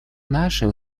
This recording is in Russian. нашей